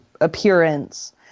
appearance